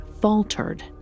faltered